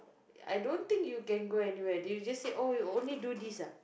I don't think you can go anywhere did you just say oh you only do this ah